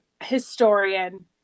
historian